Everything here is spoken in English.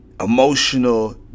emotional